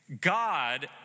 God